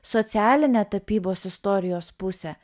socialinę tapybos istorijos pusę